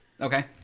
Okay